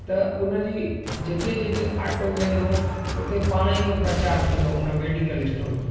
त उन जी जिते जिते ऑटो वेंदो उते पाणे ई पियो प्रचार थींदो उन मेडिकल स्टोर जो